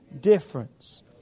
difference